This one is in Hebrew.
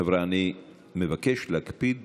חבר'ה, אני מבקש להקפיד